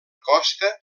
costa